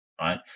Right